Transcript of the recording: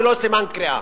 ולא סימן קריאה.